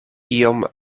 iom